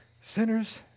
sinners